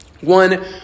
One